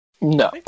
No